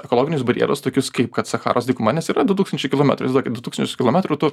ekologinius barjerus tokius kaip kad sacharos dykuma nes yra du tūkstančiai kilometrų įsivaizduokit du tūkstančius kilometrų tu